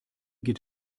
geht